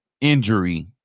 injury